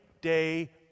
day